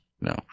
No